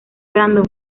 brandon